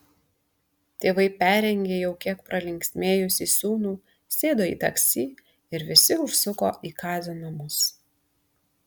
tėvai perrengė jau kiek pralinksmėjusį sūnų sėdo į taksi ir visi užsuko į kazio namus